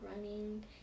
running